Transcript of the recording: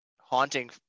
haunting